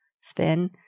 spin